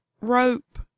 rope